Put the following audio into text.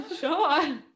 sure